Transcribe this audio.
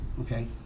Okay